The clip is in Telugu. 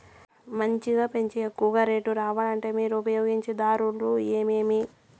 మంచిగా పెంచే ఎక్కువగా రేటు రావాలంటే మీరు ఉపయోగించే దారులు ఎమిమీ?